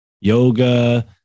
yoga